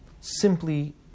Simply